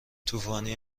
طوفانی